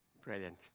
Brilliant